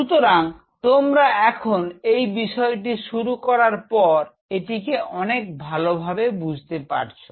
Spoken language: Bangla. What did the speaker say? সুতরাং তোমরা এখন এই বিষয়টি শুরু করার পর এটিকে অনেক ভালো বুঝতে পারছ